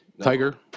Tiger